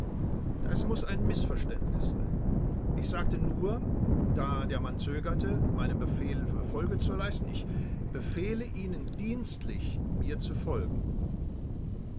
das muß ein mißverständnis sein ich sagte nur da der mann zögerte meinem befehle folge zu geben ich befehle ihnen dienstlich mir zu folgen